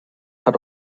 hat